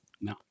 no